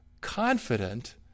confident